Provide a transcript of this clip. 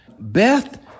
Beth